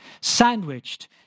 sandwiched